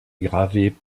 gravée